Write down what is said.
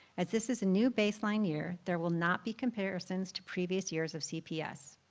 as this is a new baseline year, there will not be comparisons to previous years of cps.